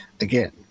again